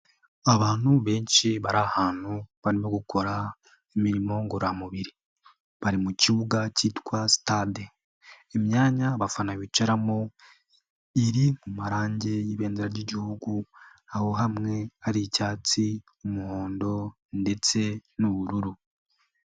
Abantu benshi bari ahantu barimo gukora imirimo ngororamubiri bari mu kibuga kitwa stade imyanya abafana bicaramo iri mu marangi y'ibendera ry'igihugu, aho hamwe hari icyatsi n'umuhondo ndetse n'ubururu.